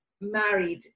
married